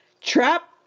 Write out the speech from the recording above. trap